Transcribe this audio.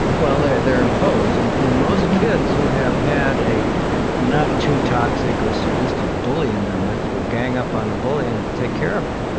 well, they're imposed. and and most kids who have had a not-too-toxic or sadistic bully in their midst will gang up on the bully and take care of him.